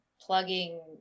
plugging